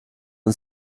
und